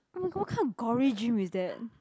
oh my god what kind of gory dream is that